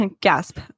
Gasp